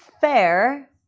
Fair